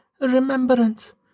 remembrance